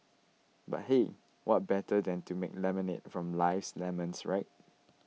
but hey what better than to make lemonade from life's lemons right